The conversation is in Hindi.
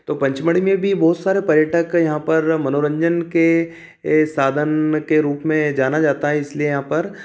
तो पंचमढ़ी में भी बहुत सारे पर्यटक यहाँ पर मनोरंजन के साधन के रूप में जाना जाता है इसीलिए यहाँ पर